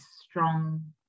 strong